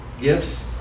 gifts